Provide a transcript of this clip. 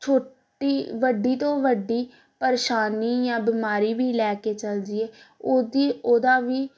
ਛੋਟੀ ਵੱਡੀ ਤੋਂ ਵੱਡੀ ਪਰੇਸ਼ਾਨੀ ਜਾਂ ਬਿਮਾਰੀ ਵੀ ਲੈ ਕੇ ਚੱਲ ਜਈਏ ਉਹਦੀ ਉਹਦਾ ਵੀ